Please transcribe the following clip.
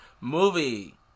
Movie